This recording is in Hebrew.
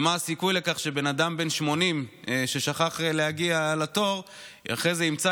ומה הסיכוי לכך שאדם בן 80 ששכח להגיע לתור אחרי זה ימצא